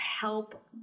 help